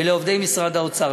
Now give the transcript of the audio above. ולעובדי משרד האוצר,